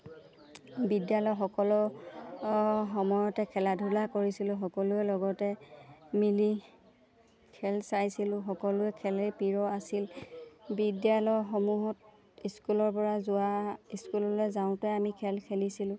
বিদ্যালয় সকলো সময়তে খেলা ধূলা কৰিছিলোঁ সকলোৱে লগতে মিলি খেল চাইছিলোঁ সকলোৱে খেলেই প্ৰিয় আছিল বিদ্যালয়সমূহত স্কুলৰপৰা যোৱা স্কুললৈ যাওঁতে আমি খেল খেলিছিলোঁ